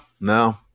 no